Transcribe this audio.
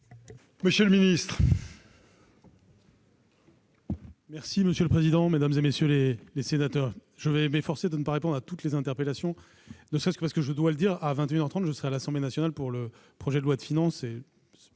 Monsieur le ministre,